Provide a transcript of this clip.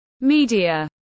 media